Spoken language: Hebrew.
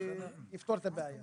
יפתור את הבעיה.